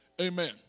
Amen